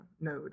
node